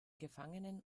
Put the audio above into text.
gefangenen